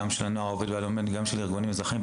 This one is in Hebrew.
גם של הנוער העובד והלומד וגם של ארגונים אזרחיים,